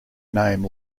name